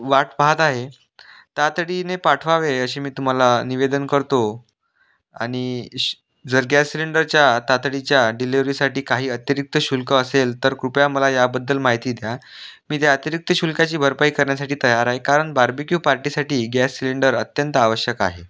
वाट पाहत आहे तातडीने पाठवावे अशी मी तुम्हाला निवेदन करतो आणि श जर गॅस सिलेंडरच्या तातडीच्या डिलेवरीसाठी काही अतिरिक्त शुल्क असेल तर कृपया मला याबद्दल माहिती द्या मी त्या अतिरिक्त शुल्काची भरपाई करण्यासाठी तयार आहे कारण बारबीक्यू पार्टीसाठी गॅस सिलेंडर अत्यंत आवश्यक आहे